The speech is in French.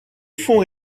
fonds